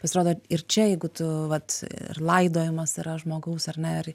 pasirodo ir čia jeigu tu vat ir laidojimas yra žmogaus ar ne ir